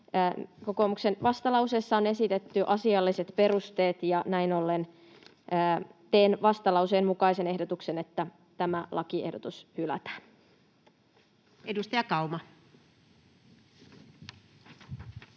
Kokoomuksen vastalauseessa on esitetty asialliset perusteet, ja näin ollen teen vastalauseen mukaisen ehdotuksen, että tämä lakiehdotus hylätään. [Speech 64]